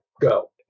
Go